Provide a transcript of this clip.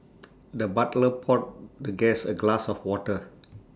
the butler poured the guest A glass of water